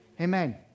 Amen